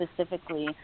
specifically